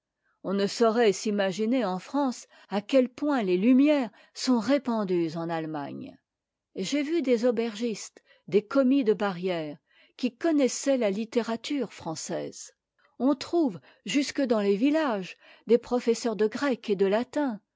on ne saurait s'imaginer en france à quel point les lumières sont répandues en allemagne j'ai vu des aubergistes des commis de barrière qui connaissaient la littérature française on trouve jusque dans les villages des professeurs de grec et de